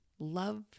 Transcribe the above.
Love